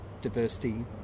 diversity